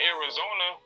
Arizona